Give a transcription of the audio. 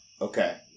Okay